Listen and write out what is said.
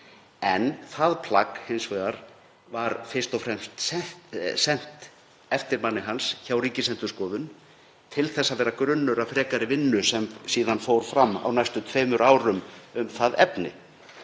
Það plagg hins vegar var fyrst og fremst sent eftirmanni hans hjá Ríkisendurskoðun til að vera grunnur að frekari vinnu sem síðan fór fram á næstu tveimur árum um það efni.